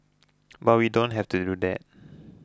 but we don't have to do that